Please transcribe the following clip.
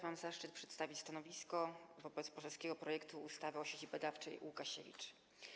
mam zaszczyt przedstawić stanowisko wobec poselskiego projektu ustawy o Sieci Badawczej Łukasiewicz.